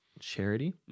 charity